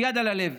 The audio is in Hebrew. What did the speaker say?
עם יד על הלב,